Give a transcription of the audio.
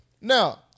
Now